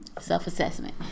self-assessment